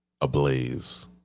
ablaze